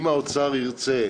אם האוצר ירצה,